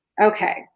okay